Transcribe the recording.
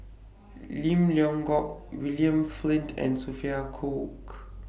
Lim Leong Geok William Flint and Sophia Cooke